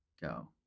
go